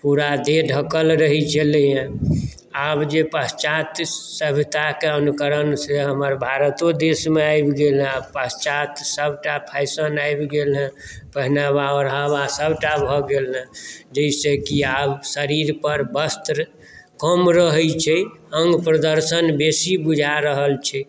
पूरा देह ढकल रहैत छलैए आब जे पाश्चात्य सभ्यताकेँ अनुकरण से हमर भारतो देशमे आबि गेल हेँ पाश्चात्य सभटा फैशन आबि गेल हेँ पहिरावा ओढ़ावा सभटा भऽ गेल हेँ जाहिसँ कि आब शरीरपर वस्त्र कम रहैत छै अङ्ग प्रदर्शन बेसी बुझा रहल छै